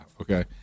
okay